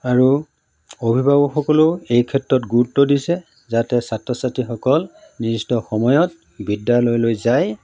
আৰু অভিভাৱকসকলেও এই ক্ষেত্ৰত গুৰুত্ব দিছে যাতে ছাত্ৰ ছাত্ৰীসকল নিৰ্দিষ্ট সময়ত বিদ্যালয়লৈ যায়